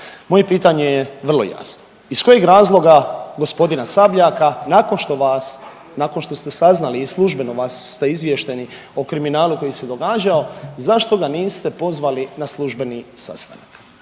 Moje pitanje je vrlo jasno. Iz kojeg razloga gospodina Sabljaka nakon što vas, nakon što ste saznali i službeno vas, ste izvješteni o kriminalu koji se događao zašto ga niste pozvali na službeni sastanak?